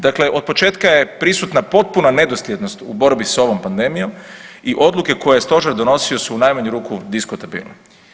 Dakle, otpočetka je prisutna potpuna nedosljednost u borbi s ovom pandemijom i odluke koje je stožer donosio su u najmanju ruku diskutabilne.